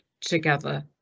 together